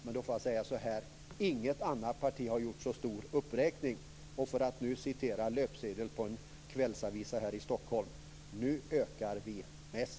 Låt mig då säga så att inget annat parti har gjort en så stor uppräkning. För att citera löpsedeln hos en kvällsavisa här i Stockholm: Nu ökar vi mest.